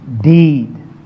deed